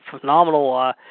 phenomenal